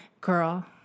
Girl